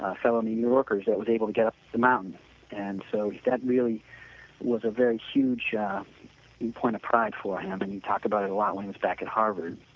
ah fellow new yorker that was able to get up the mountain and so that really was a very huge ah point of pride for him and he talk about a lot when he was back at harvard,